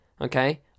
Okay